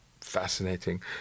fascinating